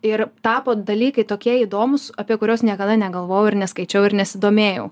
ir tapo dalykai tokie įdomūs apie kuriuos niekada negalvojau ir neskaičiau ir nesidomėjau